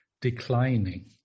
declining